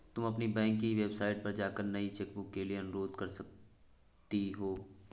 तुम अपनी बैंक की वेबसाइट पर जाकर नई चेकबुक के लिए अनुरोध कर सकती हो